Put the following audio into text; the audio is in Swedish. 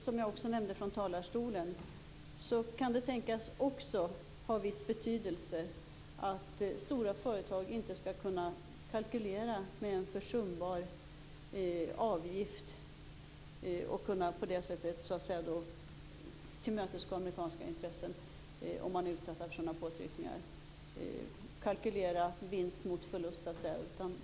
Som jag nämnde från talarstolen kan det också tänkas ha viss betydelse att stora företag inte skall kunna kalkylera med en försumbar avgift, väga vinst mot förlust, och på det sättet kunna tillmötesgå amerikanska intressen, om man är utsatt för sådana påtryckningar.